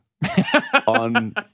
On